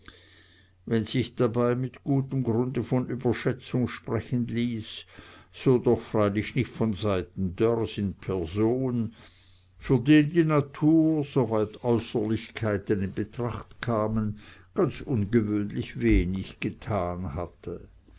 wenn sich dabei mit gutem grunde von überschätzung sprechen ließ so doch freilich nicht von seiten dörrs in person für den die natur soweit äußerlichkeiten in betracht kamen ganz ungewöhnlich wenig getan hatte